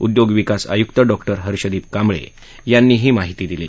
उद्योग विकास आयुक्त डॉक्टर हर्षदीप कांबळे यांनी ही माहिती दिली